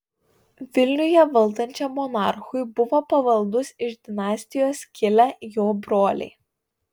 vilniuje valdančiam monarchui buvo pavaldūs iš dinastijos kilę jo broliai